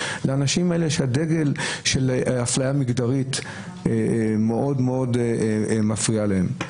האלה, שאפליה מגדרית מאוד מאוד מפריעה להם.